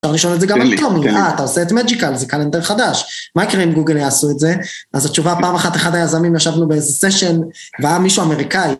אפשר לשאול את זה גם על ביומי, אה, אתה עושה את מג'יקל, זה קלנדר חדש, מה יקרה אם גוגל יעשו את זה? אז התשובה, פעם אחת אחד היזמים ישבנו באיזה סשן, והיה מישהו אמריקאי...